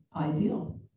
ideal